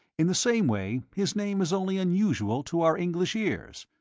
in the same way his name is only unusual to our english ears.